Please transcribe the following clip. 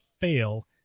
fail